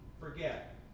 forget